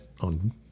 on